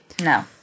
No